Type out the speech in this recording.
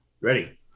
Ready